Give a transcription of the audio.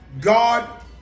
God